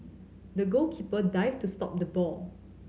the goalkeeper dived to stop the ball